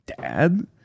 dad